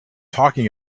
talking